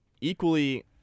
equally